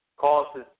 causes